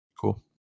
Cool